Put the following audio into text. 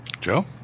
Joe